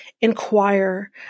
inquire